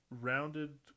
rounded